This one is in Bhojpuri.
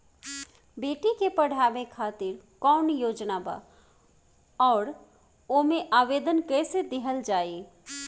बेटी के पढ़ावें खातिर कौन योजना बा और ओ मे आवेदन कैसे दिहल जायी?